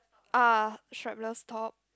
ah strapless top